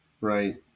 right